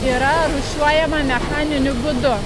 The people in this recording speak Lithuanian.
yra rūšiuojama mechaniniu būdu